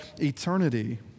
eternity